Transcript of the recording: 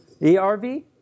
ERV